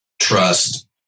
trust